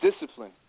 discipline